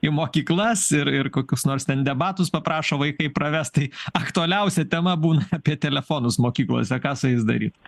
į mokyklas ir ir kokius nors ten debatus paprašo vaikai pravest tai aktualiausia tema būna apie telefonus mokyklose ką su jais daryt